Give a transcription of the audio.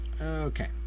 Okay